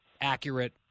accurate